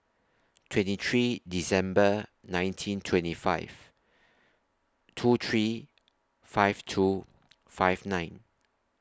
twenty three December nineteen twenty five two three five two five nine